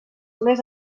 més